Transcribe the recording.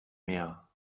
mehr